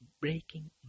Breaking